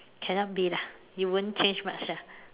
cannot be lah it won't change much ah